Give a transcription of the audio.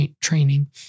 training